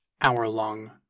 hour-long